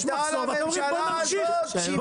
אני רוצה לומר שבאמת